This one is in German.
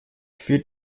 für